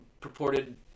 purported